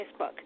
Facebook